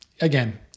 Again